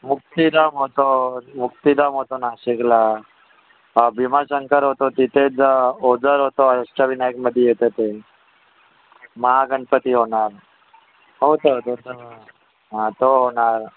मुक्तिधाम होतं मुक्तिधाम होतं नाशिकला भीमाशंकर होतं तिथेच ओझर होतं अष्टविनायकमध्ये येतं ते महागणपती होणार होतं होतं हा तो होणार